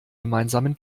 gemeinsamen